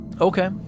Okay